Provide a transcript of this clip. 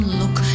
look